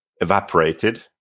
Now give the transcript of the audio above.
evaporated